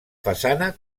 façana